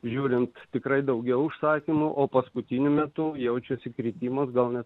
judinti tikrai daugiau užsakymų o paskutiniu metu jaučiuosi kritimo atgal ne